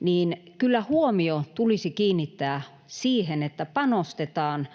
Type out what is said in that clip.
niin kyllä huomio tulisi kiinnittää siihen, että panostetaan